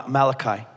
Malachi